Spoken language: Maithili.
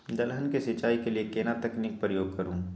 दलहन के सिंचाई के लिए केना तकनीक के प्रयोग करू?